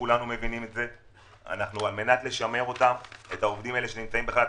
ורוצים לשמר את העובדים האלה שנמצאים בחל"ת.